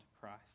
Christ